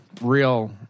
Real